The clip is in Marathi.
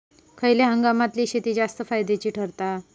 खयल्या हंगामातली शेती जास्त फायद्याची ठरता?